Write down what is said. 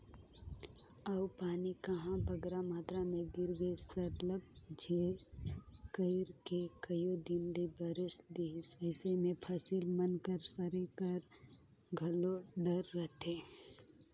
अउ पानी कहांे बगरा मातरा में गिर गइस सरलग झेर कइर के कइयो दिन ले बरेस देहिस अइसे में फसिल मन कर सरे कर घलो डर रहथे